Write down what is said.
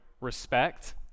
respect